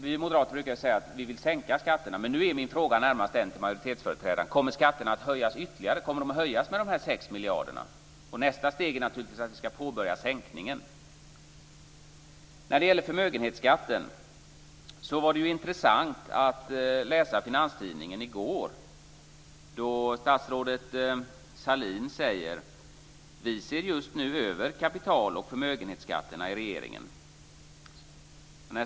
Vi moderater brukar ju säga att vi vill sänka skatterna. Men nu är min fråga till majoritetsföreträdaren närmast denna: Kommer skatterna att höjas ytterligare? Kommer de att höjas med de här sex miljarderna? Nästa steg är naturligtvis att vi ska påbörja sänkningen. När det gäller förmögenhetsskatten var det intressant att läsa Finanstidningen i går. Statsrådet Sahlin säger: "Vi ser just nu över kapital och förmögenhetsskatterna i regeringen."